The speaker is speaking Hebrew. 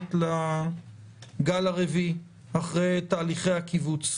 נערכת לגל הרביעי אחרי תהליכי הכיווץ.